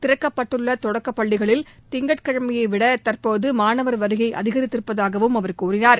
திறக்கப்பட்டுள்ள தொடக்க பள்ளிகளில் திங்கட்கிழமையைவிட தற்போது மாணவர் வருகை அதிகரித்திருப்பதாகவும் அவர் கூறினார்